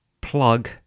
plug